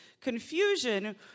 confusion